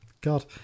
God